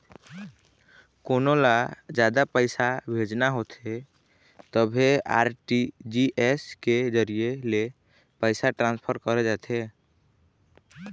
कोनो ल जादा पइसा भेजना होथे तभे आर.टी.जी.एस के जरिए ले पइसा ट्रांसफर करे जाथे